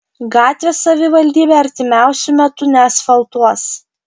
gatvės savivaldybė artimiausiu metu neasfaltuos